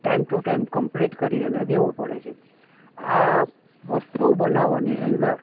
time to time complete કરી અને દેવુ પડે છે આ વસ્તુ બનાવવાની અંદર